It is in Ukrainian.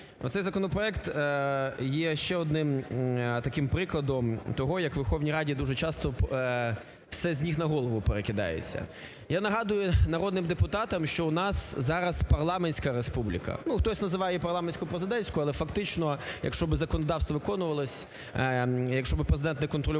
Оцей законопроект є ще одним таким прикладом того, як у Верховній Раді дуже часто все з ніг на голову перекидається. Я нагадую народним депутатам, що у нас зараз парламентська республіка. Ну, хтось називає її парламентсько-президентською. Але фактично, якщо би законодавство виконувалось, якщо б Президент не контролював